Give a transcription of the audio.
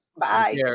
Bye